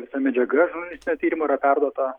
visa medžiaga žurnalistinio tyrimo yra perduota